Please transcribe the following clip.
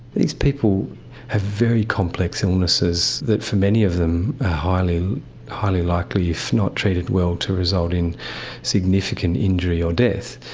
these people have very complex illnesses, that for many of them are highly highly likely, if not treated well, to resolve in significant injury or death.